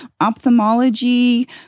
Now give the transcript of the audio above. ophthalmology